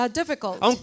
difficult